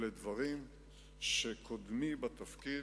אלה דברים שקודמי בתפקיד,